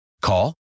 Call